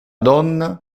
donna